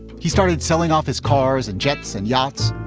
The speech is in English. he started selling off his cars and jets and yachts.